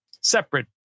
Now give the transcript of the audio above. separate